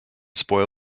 spoil